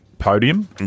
podium